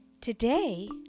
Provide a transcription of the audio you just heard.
Today